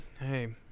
Hey